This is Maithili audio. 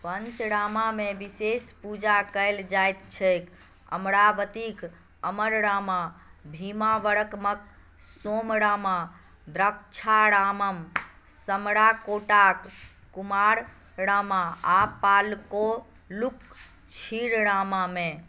पञ्चरामामे विशेष पूजा कयल जायत छैक अमरावतीक अमररामा भीमावरमक सोमरामा द्राक्षारामम समराकोटाक कुमाररामा आ पालकोल्लूक क्षीररामामे